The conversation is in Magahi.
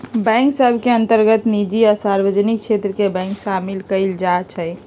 बैंक सभ के अंतर्गत निजी आ सार्वजनिक क्षेत्र के बैंक सामिल कयल जाइ छइ